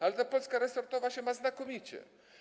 Ale ta Polska resortowa ma się znakomicie.